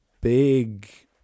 big